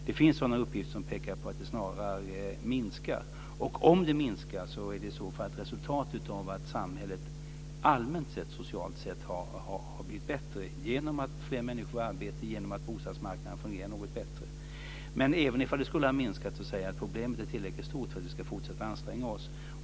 Det finns sådana uppgifter som pekar på att den snarare minskar, och om den minskar är det i så fall ett resultat av att samhället allmänt, socialt sett, har blivit bättre genom att fler människor är i arbete och genom att bostadsmarknaden fungerar något bättre. Men även ifall hemlösheten skulle ha minskat är problemet tillräckligt stort för att vi ska fortsätta att anstränga oss.